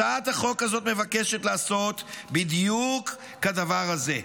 הצעת החוק הזאת מבקשת לעשות בדיוק כדבר הזה,